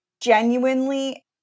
genuinely